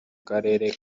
karere